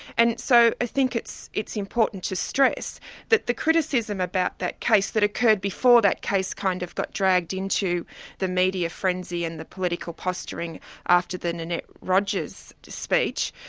and so i think it's it's important to stress that the criticism about that case, that occurred before that case kind of got dragged into the media frenzy and the political posturing after the nanette rogers speech,